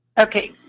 Okay